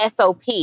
SOP